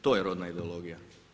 To je rodna ideologija.